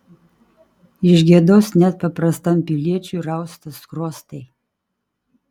iš gėdos net paprastam piliečiui rausta skruostai